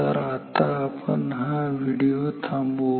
तर आता आपण हा व्हिडीओ थांबवू